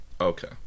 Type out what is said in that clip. Okay